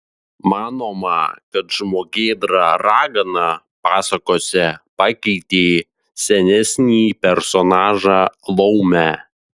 manoma kad žmogėdra ragana pasakose pakeitė senesnį personažą laumę